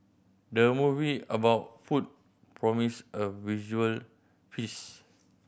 the movie about food promise a visual feast